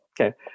okay